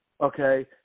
Okay